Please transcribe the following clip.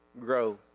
grow